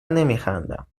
نمیخندم